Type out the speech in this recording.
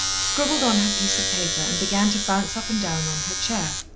scribbled on her piece of paper and began to bounce up and down on her chair.